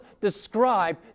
describe